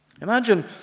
Imagine